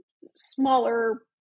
smaller